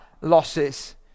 losses